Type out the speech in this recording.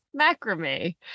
macrame